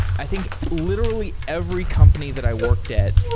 i think, literally, every company that i worked at,